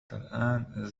الآن